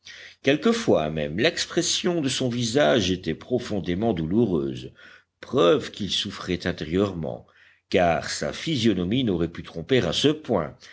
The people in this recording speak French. quelquefois même l'expression de son visage était profondément douloureuse preuve qu'il souffrait intérieurement car sa physionomie n'aurait pu tromper à ce point